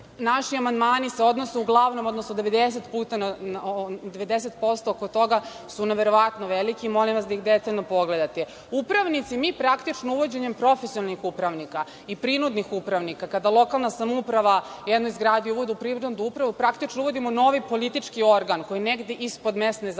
naši amandmani se odnose uglavnom, odnosno 90% oko toga su neverovatno veliki, molim vas da ih detaljno pogledate. Mi praktično uvođenjem profesionalnih upravnika i prinudnih upravnika, kada lokalna samouprava jednoj zgradi uvodi u prinudnu upravu, praktično uvodimo novi politički organ koji negde ispod mesne zajednice,